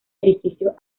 edificios